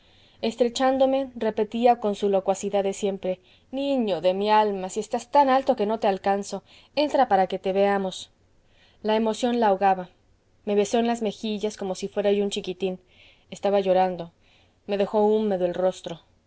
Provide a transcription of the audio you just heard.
estrechándome repetía con su locuacidad de siempre niño de mi alma si estás tan alto que no te alcanzo entra para que te veamos la emoción la ahogaba me besó en las mejillas como si fuera yo un chiquitín estaba llorando me dejó húmedo el rostro